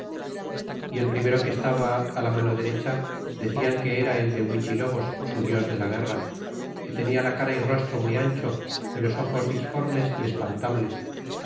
y el primero que estaba a la mano derecha decian que era el de huichilobos su dios de la guerra y tenia la cara y rostro muy ancho y los ojos disformes é espantables